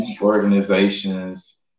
organizations